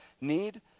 need